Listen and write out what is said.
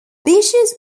beaches